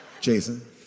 Jason